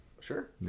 Sure